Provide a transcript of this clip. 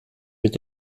mit